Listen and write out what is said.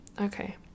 Okay